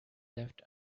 left